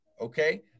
okay